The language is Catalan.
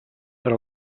per